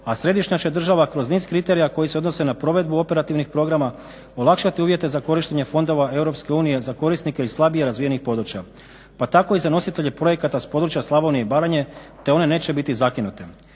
a središnja će država kroz niz kriterija koji se odnose za provedbu operativnih programa olakšati uvjete za korištenje fondova EU za korisnike i slabije razvijenih područja pa tako i za nositelje projekata s područja Slavonije i Baranje, te one neće biti zakinute.